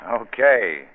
Okay